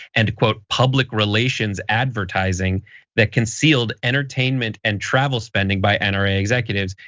and quote public relations advertising that concealed entertainment and travel spending by and nra executives,